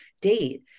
date